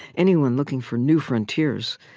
anyone looking for new frontiers,